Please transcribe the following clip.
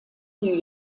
new